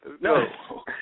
No